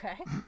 Okay